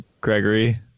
gregory